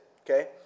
Okay